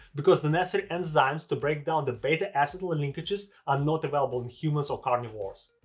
because the necessary enzymes to break down the beta acetal linkages are not available in humans or carnivores.